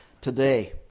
today